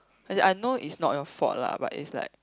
as in I know it's not your fault lah but it's like